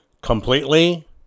completely